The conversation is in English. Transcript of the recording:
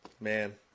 man